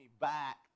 back